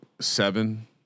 seven